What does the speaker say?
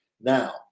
now